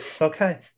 Okay